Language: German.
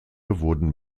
wurden